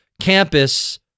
campus